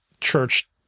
church